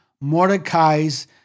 Mordecai's